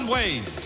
Wayne